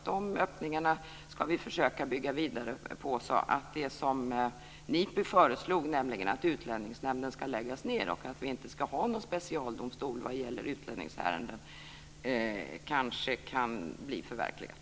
De öppningarna ska vi försöka bygga vidare på så att det som NIPU föreslog, nämligen att Utlänningsnämnden ska läggas ned och att vi inte ska ha någon specialdomstol vad gäller utlänningsärenden, kanske kan bli förverkligat.